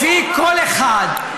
לפי כל אחד.